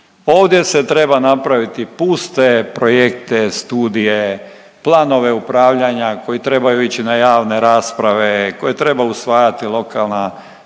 Ovdje se treba napraviti puste projekte, studije, planove upravljanja koji trebaju ići na javne rasprave, koje treba usvajati lokalna